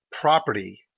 property